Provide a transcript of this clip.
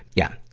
yeah,